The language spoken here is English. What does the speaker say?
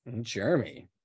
Jeremy